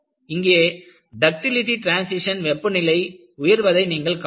இங்கே ductility transition வெப்பநிலை உயர்வதை நீங்கள் காணலாம்